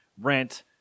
rent